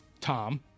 Tom